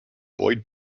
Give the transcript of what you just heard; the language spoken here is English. boyd